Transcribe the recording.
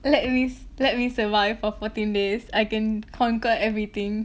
let me let me survive for fourteen days I can conquer everything